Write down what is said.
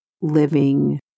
living